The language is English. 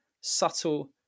subtle